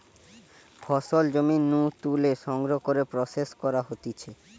ফসল জমি নু তুলে সংগ্রহ করে প্রসেস করা হতিছে